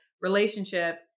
relationship